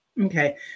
Okay